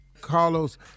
Carlos